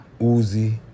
Uzi